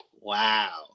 wow